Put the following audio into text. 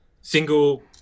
Single